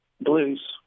blues